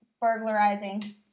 burglarizing